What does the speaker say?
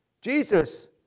Jesus